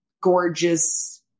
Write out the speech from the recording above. gorgeous